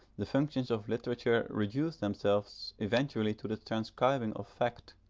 the functions of literature reduce themselves eventually to the transcribing of fact,